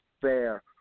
fair